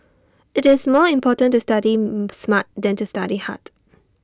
IT is more important to study smart than to study hard